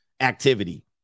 activity